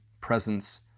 presence